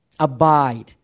Abide